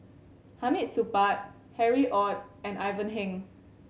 Hamid Supaat Harry Ord and Ivan Heng